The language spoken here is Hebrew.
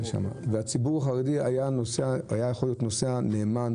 הציבור החרדי היה יכול להיות נוסע נאמן